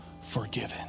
forgiven